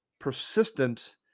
persistent